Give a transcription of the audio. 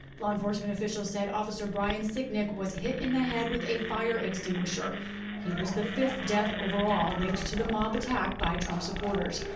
law enforcement officials said officer brian sicknick was hit in the head with a fire extinguisher. he was the fifth death overall linked to the mob attack by trump supporters.